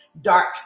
dark